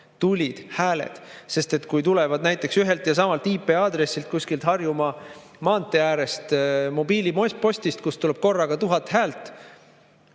tulid hääled. Kui tulevad näiteks ühelt ja samalt IP-aadressilt kuskilt Harjumaa maantee äärest mobiilipostist, kust tuleb korraga 1000 häält,